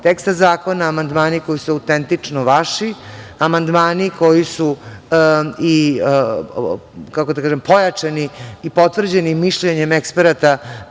teksta zakona. amandmani koji su autentično vaši amandmani, koji su pojačani i potvrđeni mišljenjem eksperata